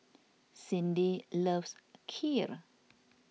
Cyndi loves Kheer